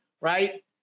Right